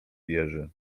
jerzy